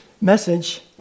message